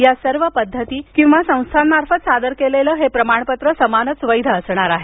या सर्व पद्धती किंवा संस्थांमार्फत सादर केलेलं हे प्रमाणपत्र समानच वैध असणार आहे